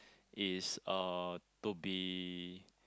is uh to be